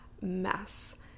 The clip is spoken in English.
mess